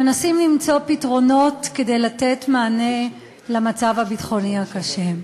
מנסים למצוא פתרונות כדי לתת מענה למצב הביטחוני הקשה.